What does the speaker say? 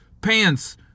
pants